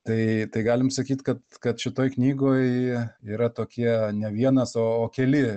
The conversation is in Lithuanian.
tai tai galim sakyt kad kad šitoj knygoj yra tokie ne vienas o keli